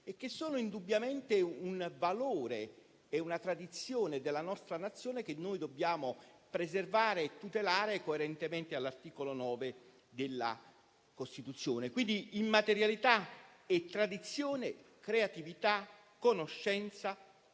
e che è indubbiamente un valore e una tradizione della nostra Nazione che dobbiamo preservare e tutelare coerentemente con quanto disposto dall'articolo 9 della Costituzione. Pertanto, immaterialità è tradizione, creatività, conoscenza